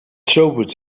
sobered